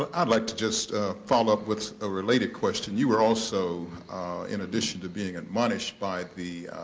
but i'd like to just follow up with a related question. you were also in addition to being admonished by the